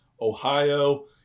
Ohio